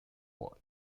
world